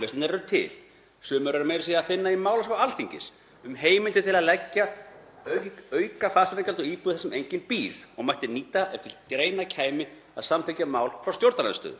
Lausnirnar eru til. Sumar er meira að segja að finna í málaskrá Alþingis um heimildir til að leggja aukafasteignagjöld og íbúð þar sem enginn býr og mætti nýta ef til greina kæmi að samþykkja mál frá stjórnarandstöðu.